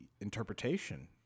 interpretation